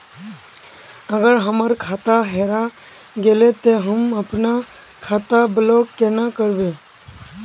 अगर हमर खाता हेरा गेले ते हम अपन खाता ब्लॉक केना करबे?